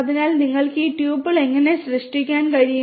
അതിനാൽ നിങ്ങൾക്ക് ഈ ട്യൂപ്പിളുകൾ എങ്ങനെ സൃഷ്ടിക്കാൻ കഴിയും